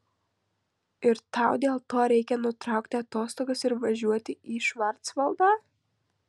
ir tau dėl to reikia nutraukti atostogas ir važiuoti į švarcvaldą